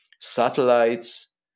satellites